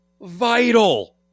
vital